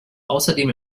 außerdem